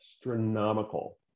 astronomical